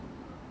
lose